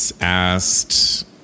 asked